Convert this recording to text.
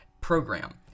program